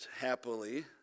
happily